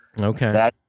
Okay